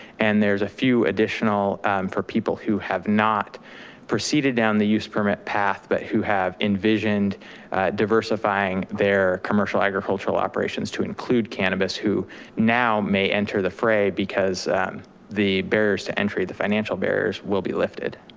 and there's a few additional for people who have not proceeded down the use permit path, but who have envisioned diversifying their commercial agricultural operations to include cannabis who now may enter the fray, because the barriers to entry, the financial barriers will be lifted.